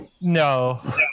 no